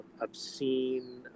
obscene